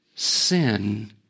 Sin